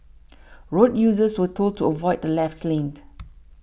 road users were told to avoid the left late